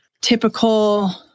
typical